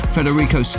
Federico